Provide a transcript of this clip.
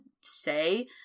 say